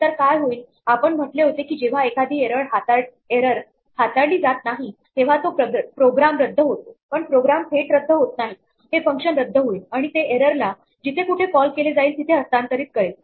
तर काय होईल आपण म्हटले होते की जेव्हा एखादी एरर हाताळली जात नाही तेव्हा तो प्रोग्राम रद्द होतो पण प्रोग्राम थेट रद्द होत नाही हे फंक्शन रद्द होईल आणि ते एररला जिथे कुठे कॉल केले जाईल तिथे हस्तांतरित करेल